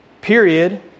period